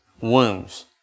Wounds